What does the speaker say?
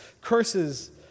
Curses